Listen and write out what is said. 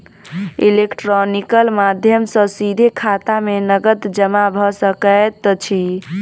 electronical माध्यम सॅ सीधे खाता में नकद जमा भ सकैत अछि